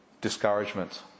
discouragement